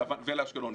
ולאשקלון.